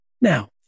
Now